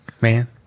Man